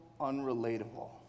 unrelatable